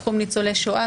תחום ניצולי שואה,